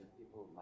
people